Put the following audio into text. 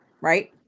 Right